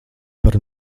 par